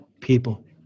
people